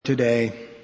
today